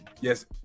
yes